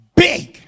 big